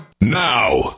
now